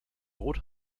brot